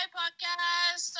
podcast